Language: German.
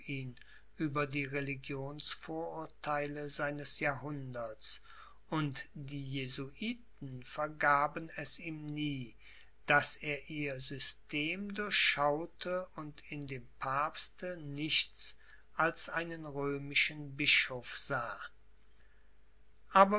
über die religionsvorurtheile seines jahrhunderts und die jesuiten vergaben es ihm nie daß er ihr system durchschaute und in dem papste nichts als einen römischen bischof sah